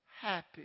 happy